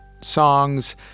songs